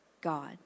God